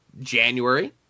January